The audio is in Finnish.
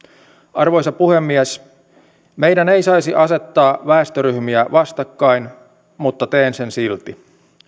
arvoisa puhemies me emme saisi asettaa väestöryhmiä vastakkain mutta teen sen silti